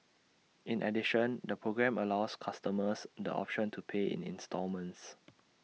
in addition the programme allows customers the option to pay in instalments